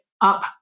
up